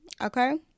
okay